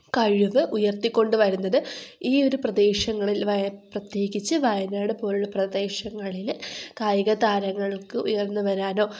കഴിവ് ഉയർത്തിക്കൊണ്ടു വരുന്നത് ഈയൊരു പ്രദേശങ്ങളിൽ പ്രേത്യേകിച്ച് വയനാട് പോലുള്ള പ്രദേശങ്ങളിൽ കായികതാരങ്ങൾക്ക് ഉയർന്നു വരാനോ